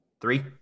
three